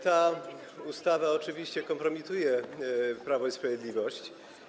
Ta ustawa oczywiście kompromituje Prawo i Sprawiedliwość.